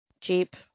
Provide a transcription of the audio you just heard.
cheap